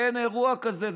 אין אירוע כזה.